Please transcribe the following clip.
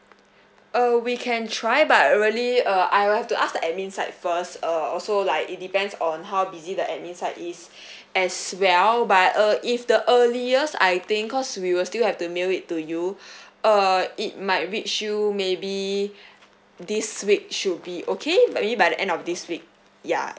err we can try but really uh I'll have to ask the admin side first err also like it depends on how busy the admin side is as well but uh if the earliest I think cause we will still have to mail it to you uh it might reach you maybe this week should be okay but maybe by the end of this week ya